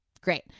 Great